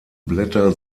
blätter